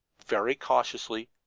very cautiously,